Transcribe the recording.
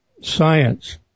science